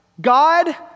God